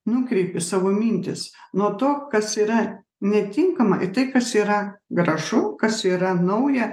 nukreipi savo mintis nuo to kas yra netinkama į tai kas yra gražu kas yra nauja